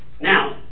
Now